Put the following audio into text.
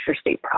state